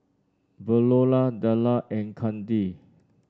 Veola Dellar and Kandi